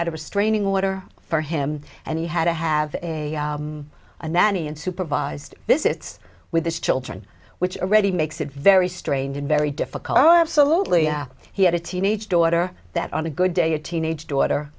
had a restraining order for him and he had to have a and that any unsupervised visits with his children which already makes it very strange and very difficult oh absolutely he had a teenage daughter that on a good day a teenage daughter